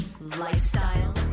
lifestyle